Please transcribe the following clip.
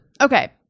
okay